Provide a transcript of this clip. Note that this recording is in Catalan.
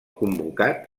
convocat